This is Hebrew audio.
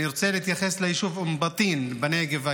אני רוצה להתייחס ליישוב אום בטין בנגב.